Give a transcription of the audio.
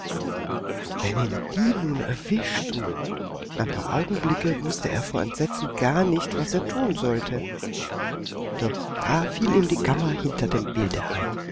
wenn ihn die nun erwischten ein paar augenblicke wußte er vor entsetzen gar nicht was er tun sollte doch da fiel ihm die kammer hinter dem bilde ein